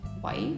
white